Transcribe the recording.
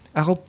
ako